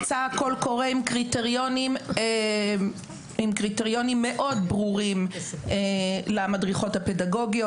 יצא קול קורא עם קריטריונים מאוד ברורים למדריכות הפדגוגיות.